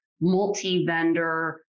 multi-vendor